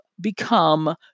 become